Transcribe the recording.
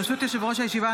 ברשות יושב-ראש הישיבה,